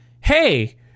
hey